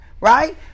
right